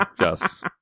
Yes